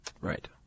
Right